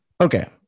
Okay